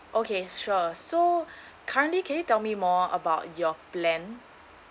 okay sure so currently can you tell me more about your plan